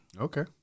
Okay